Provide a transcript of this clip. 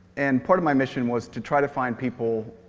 and part of my mission was to try to find people